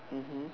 mmhmm